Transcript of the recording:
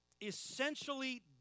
essentially